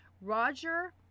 Roger